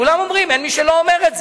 כולם אומרים, אין מי שלא אומר את זה.